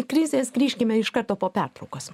krizės grįžkime iš karto po pertraukos